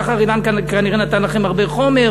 שחר אילן כנראה נתן לכם הרבה חומר.